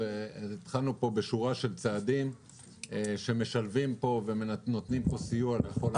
התחלנו פה בשורה של צעדים שמשלבים ונותנים סיוע לכל התחומים.